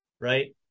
right